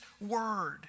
word